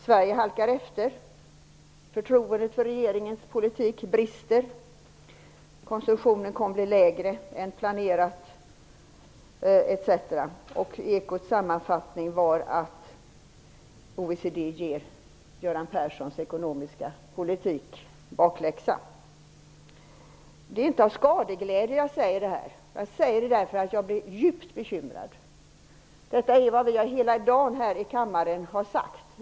Sverige halkar efter, förtroendet för regeringens politik brister, konsumtionen kommer att bli lägre än planerat, etc. Ekots sammanfattning var att OECD ger Det är inte av skadeglädje jag säger det här. Jag säger det därför att jag blir djupt bekymrad. Detta är vad vi har sagt hela dagen här i kammaren.